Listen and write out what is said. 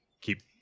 keep